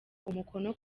umukono